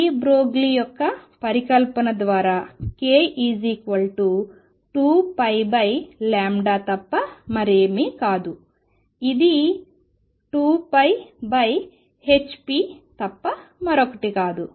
D Broglie యొక్క పరికల్పన ద్వారా k 2π తప్ప మరేమీ కాదు ఇది 2πhp తప్ప మరొకటి కాదు